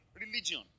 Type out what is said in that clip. Religion